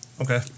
Okay